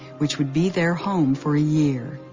which would be their home for a year.